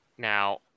Now